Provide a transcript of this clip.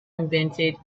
invented